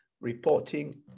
reporting